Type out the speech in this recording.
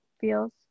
feels